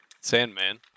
Sandman